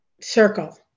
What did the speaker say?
circle